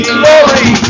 glory